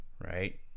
right